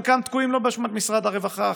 חלקם תקועים שלא באשמת משרד הרווחה,